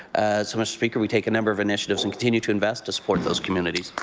sort of speaker, we take a number of initiatives and continue to invest to support those communities.